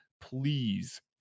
please